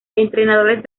entrenadores